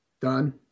Done